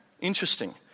Interesting